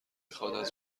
خواد، از